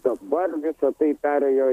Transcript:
dabar visa tai perėjo